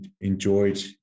enjoyed